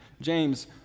James